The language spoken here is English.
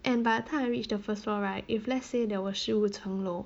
and by the time I reached the first floor right if let's say there were 十五层楼